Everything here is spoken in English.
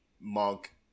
Monk